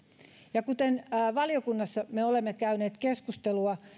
ja kuten valiokunnassa olemme käyneet keskustelua